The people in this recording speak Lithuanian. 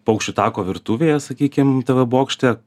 paukščių tako virtuvėje sakykim tv bokšte